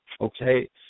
okay